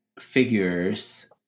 figures